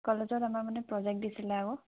কলেজত আমাৰ মানে প্ৰজেক্ট দিছিলে আকৌ